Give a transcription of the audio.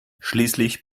schließlich